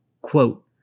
Quote